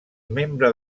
membre